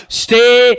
stay